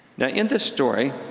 in this story,